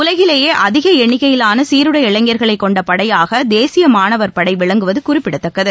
உலகிலேயே அதிக எண்ணிக்கையிலான சீருடை இளைஞர்களை கொண்ட படையாக தேசிய மாணவர் படை விளங்குவது குறிப்பிடத்தக்கது